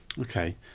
Okay